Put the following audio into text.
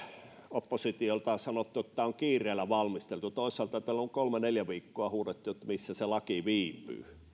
oppositiosta sanottu asia on että tämä on kiireellä valmisteltu toisaalta täällä on kolme neljä viikkoa huudettu että missä se laki viipyy niin